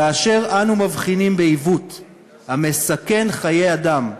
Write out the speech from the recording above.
כאשר אנו מבחינים בעיוות המסכן חיי אדם,